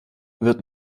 wird